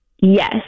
Yes